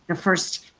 the first